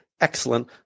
excellent